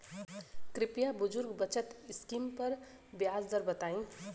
कृपया बुजुर्ग बचत स्किम पर ब्याज दर बताई